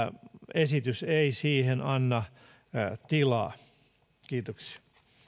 esitys ei siihen anna tilaa kiitoksia